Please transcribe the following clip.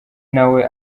nawe